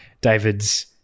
David's